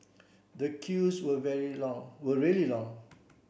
the queues were very long were really long